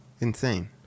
insane